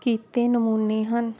ਕੀਤੇ ਨਮੂਨੇ ਹਨ